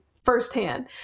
firsthand